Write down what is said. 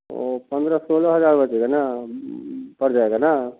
तो पंद्रह सोलह हज़ार बचेगा ना पड़ जाएगा ना